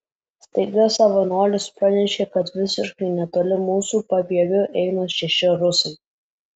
staiga savanoris pranešė kad visiškai netoli mūsų papieviu eina šeši rusai